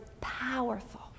powerful